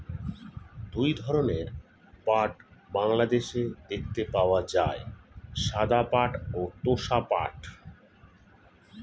দুই ধরনের পাট বাংলাদেশে দেখতে পাওয়া যায়, সাদা পাট ও তোষা পাট